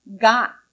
got